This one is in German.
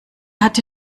hatte